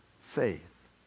faith